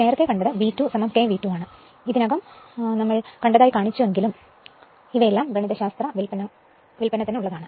നേരത്തെ നമ്മൾ കണ്ടത് V2 k V2 ആണ് നമ്മൾ ഇതിനകം കണ്ടതായി കാണിച്ചുവെങ്കിലും ഇവയെല്ലാം ഗണിതശാസ്ത്ര വ്യുൽപ്പന്നത്തിനുള്ളതാണ്